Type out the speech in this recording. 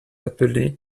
appelé